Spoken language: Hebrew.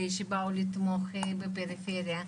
אלה שבאו לתמוך בפריפריה,